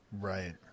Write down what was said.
Right